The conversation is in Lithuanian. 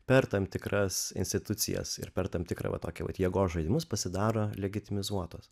per tam tikras institucijas ir per tam tikrą tokį vat jėgos žaidimus pasidaro legetimizuotas